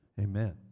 Amen